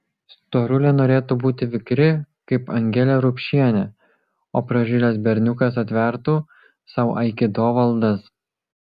storulė norėtų būti vikri kaip angelė rupšienė o pražilęs berniukas atvertų sau aikido valdas